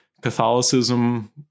Catholicism